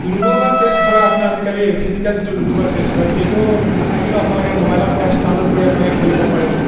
ludo বা chess ধৰক আপুনি আজিকালি ফিজিকেল যিটো লুডু বা চেছ কয় সেইটো নাথাকিলেও আপোনালোকে মোবাইলত এপছ ডাউনলোড কৰি আপোনালোকে খেলিব পাৰে